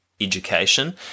education